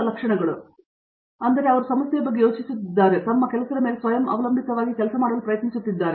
Satyanarayana N Gummadi ಆದ್ದರಿಂದ ಅವರು ಸಮಸ್ಯೆಯ ಬಗ್ಗೆ ಯೋಚಿಸುತ್ತಿದ್ದಾರೆ ಮತ್ತು ಅದನ್ನು ತನ್ನ ಕೆಲಸದ ಮೇಲೆ ಸ್ವಯಂ ಅವಲಂಬಿತವಾಗಿ ಮಾಡಲು ಪ್ರಯತ್ನಿಸುತ್ತಿದ್ದಾರೆ